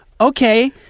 okay